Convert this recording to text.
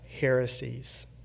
heresies